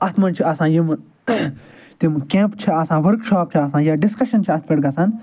اتھ منٛز چھِ آسان یِم تم کٮ۪مپ چھِ اسان ورکشاپ چھِ آسان یا ڈِسکشن چھِ اتھ پٮ۪ٹھ گژھان